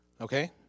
okay